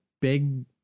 big